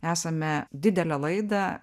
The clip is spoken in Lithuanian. esame didelę laidą